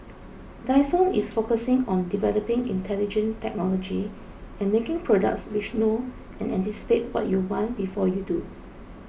Dyson is focusing on developing intelligent technology and making products which know and anticipate what you want before you do